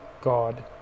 God